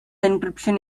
encryption